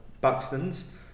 Buxton's